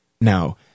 Now